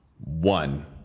One